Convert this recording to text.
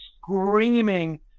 screaming